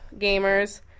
gamers